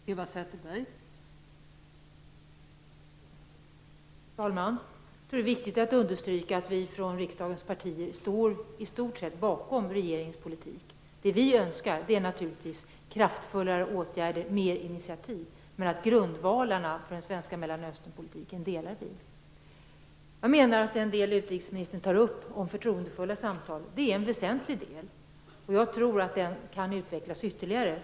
Fru talman! Jag tror att det är viktigt att understryka att vi från riksdagens partier i stort sett står bakom regeringens politik. Vad vi önskar är naturligtvis kraftfullare åtgärder och mer initiativ. Men grundvalarna för den svenska Mellanösternpolitiken är vi överens om. De förtroendefulla samtal som utrikesministern tar upp är väsentliga. Jag tror att de kan utvecklas ytterligare.